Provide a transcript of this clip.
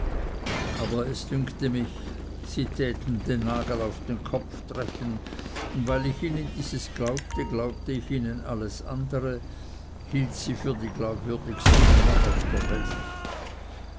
aber es dünkte mich sie täten den nagel auf den kopf treffen und weil ich ihnen dieses glaubte glaubte ich ihnen alles andere hielt sie für die glaubwürdigsten männer auf der welt